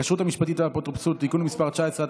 חוק הכשרות המשפטית והאפוטרופסות (תיקון מס' 19),